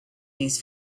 these